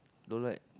don't like